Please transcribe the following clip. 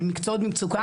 של מקצועות במצוקה,